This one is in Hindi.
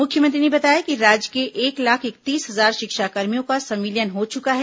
मुख्यमंत्री ने बताया कि राज्य के एक लाख इकतीस हजार षिक्षाकर्मियों का संविलियन हो चुका है